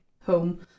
home